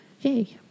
Yay